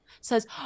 says